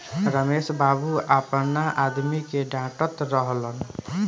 रमेश बाबू आपना आदमी के डाटऽत रहलन